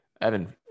Evan